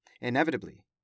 Inevitably